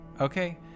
Okay